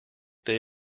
they